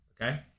okay